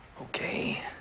Okay